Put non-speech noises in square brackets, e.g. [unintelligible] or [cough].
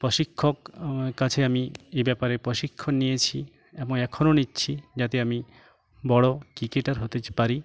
প্রশিক্ষক [unintelligible] কাছে আমি এ ব্যাপারে প্রশিক্ষণ নিয়েছি এবং এখনো নিচ্ছি যাতে আমি বড়ো ক্রিকেটার হতে চ পারি